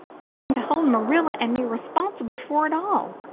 he seemed to hold marilla and me responsible for it all,